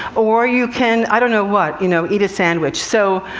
or you can, i don't know what, you know, eat a sandwich. so,